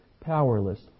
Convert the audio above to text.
powerless